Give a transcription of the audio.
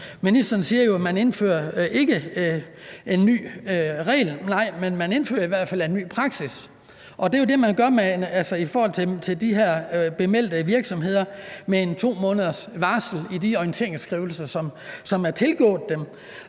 Ministeren siger, at man ikke indfører en ny regel. Nej, men man indfører i hvert fald en ny praksis, og det er jo det, man gør i forhold til de her anmeldte virksomheder med et 2-månedersvarsel i de orienteringsskrivelser, som er tilgået dem.